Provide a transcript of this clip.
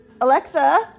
Alexa